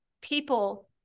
people